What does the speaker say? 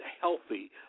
healthy